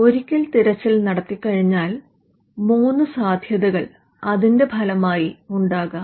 ഒരിക്കൽ തിരച്ചിൽ നടത്തികഴിഞ്ഞാൽ മൂന്ന് സാദ്ധ്യതകൾ അതിന്റെ ഫലമായി ഉണ്ടാകാം